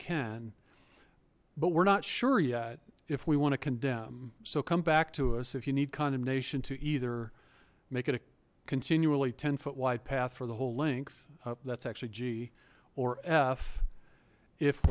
can but we're not sure yet if we want to condemn so come back to us if you need condemnation to either make it a continually ten foot wide path for the whole length that's actually g or f if